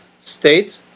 state